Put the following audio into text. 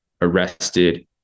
arrested